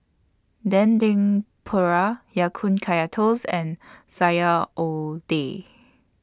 Dendeng Paru Ya Kun Kaya Toast and Sayur